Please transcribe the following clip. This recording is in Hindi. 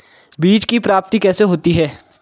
बीज की प्राप्ति कैसे होती है?